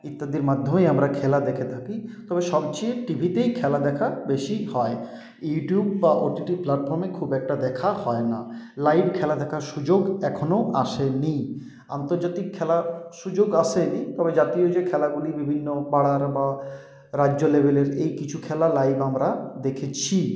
ইত্যাদির মাধ্যমেই আমরা খেলা দেখে থাকি তবে সবচেয়ে টিভিতেই খেলা দেখা বেশি হয় ইউটিউব বা ওটিটি প্লাটফর্মে খুব একটা দেখা হয়না লাইভ খেলা দেখার সুযোগ এখনও আসেনি আন্তর্জাতিক খেলা সুযোগ আসেনি তবে জাতীয় যে খেলাগুলি বিভিন্ন পাড়ার বা রাজ্য লেভেলের এই কিছু খেলা লাইভ আমরা দেখেছি